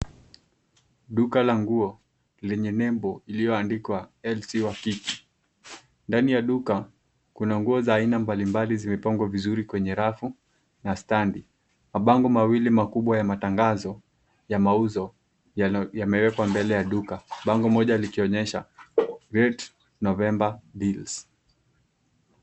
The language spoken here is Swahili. Duka la nguo lenye nembo iliyoandikwa LcWakik. Ndani ya duka, kuna nguo za aina mbali mbali zimepangwa vizuri kwenye rafu na stand . Mabango mawili makubwa ya matangazo ya mauzo yamewekwa mbele ya duka. Bango Moja likionyesha great November deals .